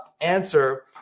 answer